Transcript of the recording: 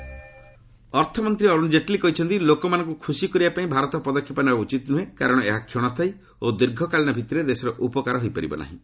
ଜେଟଲୀ ଅର୍ଥମନ୍ତ୍ରୀ ଅରୁଣ ଜେଟଲୀ କହିଛନ୍ତି ଲୋକମାନଙ୍କୁ ଖୁସି କରିବା ପାଇଁ ଭାରତ ପଦକ୍ଷେପ ନେବା ଉଚିତ୍ ନୁହେଁ କାରଣ ଏହା କ୍ଷଣସ୍ଥାୟୀ ଓ ଦୀର୍ଘକାଳୀନ ଭିତ୍ତିରେ ଦେଶର ଉପକାର ହୋଇପାରିବ ନାହିଁ